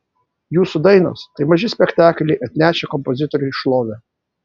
jūsų dainos tai maži spektakliai atnešę kompozitoriui šlovę